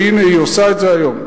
והנה היא עושה את זה היום,